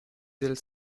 del